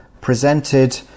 presented